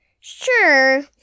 sure